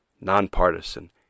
nonpartisan